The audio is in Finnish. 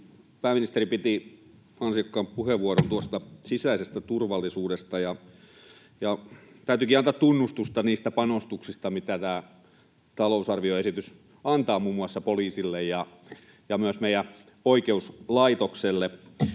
Pääministeri piti ansiokkaan puheenvuoron sisäisestä turvallisuudesta. Täytyykin antaa tunnustusta niistä panostuksista, mitä tämä talousarvioesitys antaa muun muassa poliisille ja myös meidän oikeuslaitokselle.